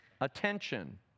attention